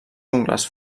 ungles